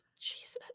jesus